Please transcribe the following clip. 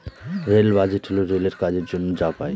rail budget হল রেলের কাজের জন্য যা পাই